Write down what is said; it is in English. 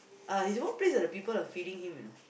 ah his workplace are the people are feeding him you know